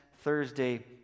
Thursday